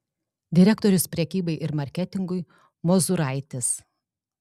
direktorius prekybai ir marketingui mozuraitis